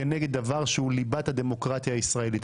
כנגד דבר שהוא ליבת הדמוקרטיה הישראלית.